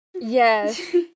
yes